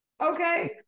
okay